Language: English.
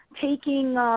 taking